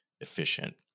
efficient